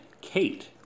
Kate